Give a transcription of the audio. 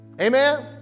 amen